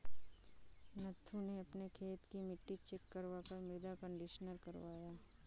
नथु ने अपने खेत की मिट्टी चेक करवा कर मृदा कंडीशनर करवाया